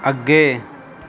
ਅੱਗੇ